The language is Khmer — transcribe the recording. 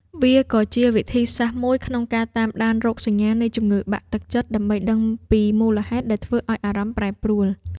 វាក៏ជាវិធីសាស្ត្រមួយក្នុងការតាមដានរោគសញ្ញានៃជំងឺបាក់ទឹកចិត្ត ដើម្បីដឹងពីមូលហេតុដែលធ្វើឱ្យអារម្មណ៍ប្រែប្រួល។